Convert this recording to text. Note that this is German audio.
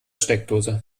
steckdose